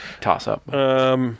toss-up